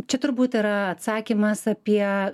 čia turbūt yra atsakymas apie